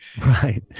Right